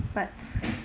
but